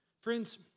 Friends